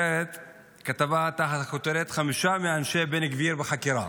כתבה תחת הכותרת: חמישה מאנשי בן גביר בחקירה.